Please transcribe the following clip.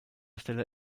stelle